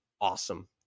awesome